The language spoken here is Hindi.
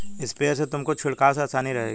स्प्रेयर से तुमको छिड़काव में आसानी रहेगी